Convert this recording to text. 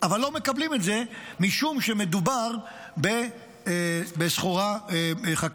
אבל לא מקבלים את זה משום שמדובר בסחורה חקלאית,